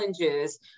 challenges